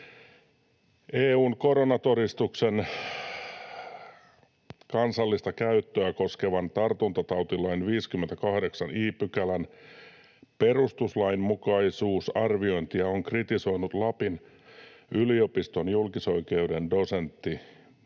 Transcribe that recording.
”EU:n koronatodistuksen kansallista käyttöä koskevan tartuntatautilain 58 i §:n perustuslainmukaisuusarviointia on kritisoinut Lapin yliopiston julkisoikeuden dosentti